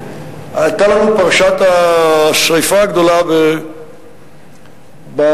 היתה לנו פרשת השרפה הגדולה בצפון,